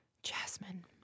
Jasmine